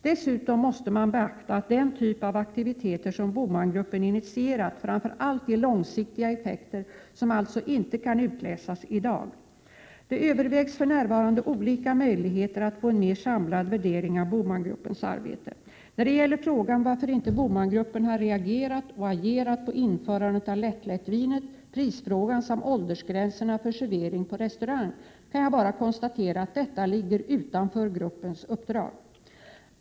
Dessutom måste man beakta att den typ av aktiviteter som BOMAN-gruppen initierat framför allt ger långsiktiga effekter, som alltså inte kan utläsas i dag. Det övervägs för närvarande olika möjligheter att få en mer samlad värdering av BOMAN-gruppens arbete. När det gäller frågan varför inte BOMAN-gruppen har reagerat och agerat på införandet av lätt-lättvinet, prisfrågan samt åldersgränserna för servering på restaurang kan jag bara konstatera att detta ligger utanför gruppens uppdrag.